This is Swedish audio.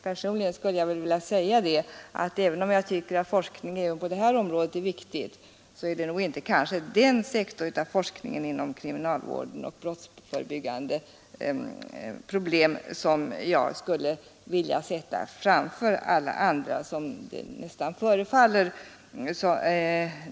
Personligen skulle jag vilja säga att även om jag tycker att forskning även på det här området är viktig, är det kanske inte den sektor av forskningen inom kriminalvården och om brottsförebyggande problem som jag skulle vilja sätta framför alla andra.